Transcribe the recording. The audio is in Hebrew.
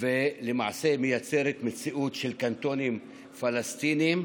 ולמעשה מייצרת מציאות של קנטונים פלסטיניים,